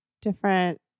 different